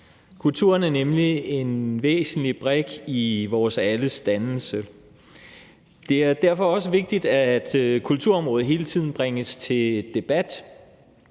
Kulturen er nemlig en væsentlig brik i vores alles dannelse. Det er derfor også vigtigt, at kulturområdet hele tiden bringes til debat,